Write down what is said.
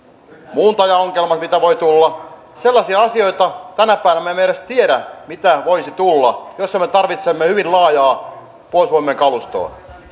mitä voi tulla sellaisia asioita tänä päivänä emme edes tiedä mitä voisi tulla joissa me tarvitsemme hyvin laajaa puolustusvoimien kalustoa